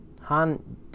Han